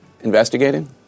investigating